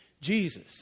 Jesus